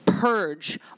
purge